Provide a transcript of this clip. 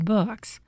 Books